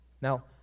Now